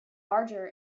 larger